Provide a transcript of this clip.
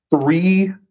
three